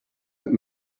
that